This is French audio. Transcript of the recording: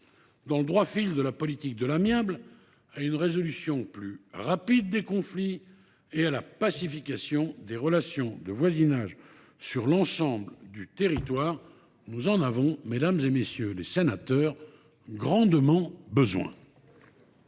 dans le droit fil de la politique de l’amiable, à une résolution plus rapide des conflits et à la pacification des relations de voisinage sur l’ensemble du territoire – nous en avons grandement besoin